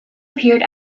appeared